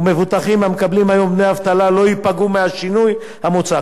ומבוטחים המקבלים היום דמי אבטלה לא ייפגעו מהשינוי המוצע.